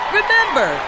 remember